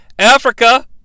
Africa